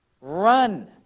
run